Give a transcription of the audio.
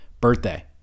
birthday